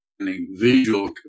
visual